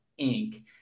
Inc